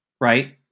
right